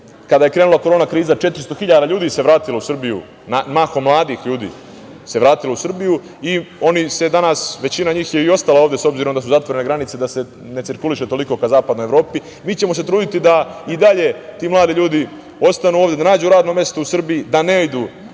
je krenula korona kriza 400 hiljada ljudi se vratilo u Srbiju. Mahom mladih ljudi se vratilo u Srbiju i oni većina njih je i ostala ovde s obzirom da su granice zatvorene, da se ne cirkuliše toliko ka Zapadnoj Evropi. Mi ćemo se truditi da i dalje ti mladi ljudi ostanu ovde, da nađu radno mesto u Srbiji, da ne idu